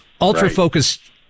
ultra-focused